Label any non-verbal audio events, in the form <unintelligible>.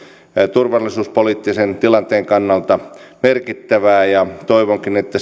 turvallisuuspoliittisen tilanteen kannalta merkittävää ja toivonkin että <unintelligible>